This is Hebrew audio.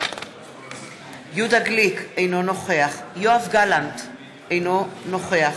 יהודה גליק, אינו נוכח